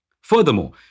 Furthermore